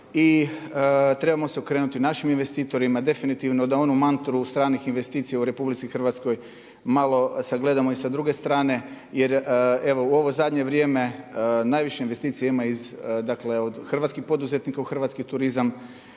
i trebamo se okrenuto našim investitorima, definitivno da onu mantru stranih investicija u RH malo sagledamo i sa druge strane jer evo u ovo zadnje vrijeme najviše investicija ima od hrvatskih poduzetnika u hrvatski turizam,